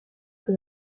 que